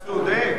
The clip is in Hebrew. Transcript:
אתה צודק,